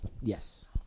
Yes